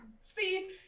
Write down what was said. see